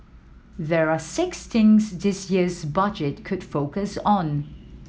there are six things this year's budget could focus on